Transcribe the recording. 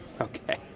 okay